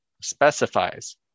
specifies